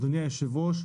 אדוני היושב-ראש,